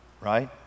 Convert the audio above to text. right